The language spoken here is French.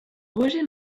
roger